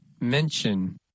Mention